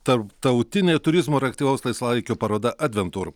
tarptautinė turizmo ir aktyvaus laisvalaikio paroda adventur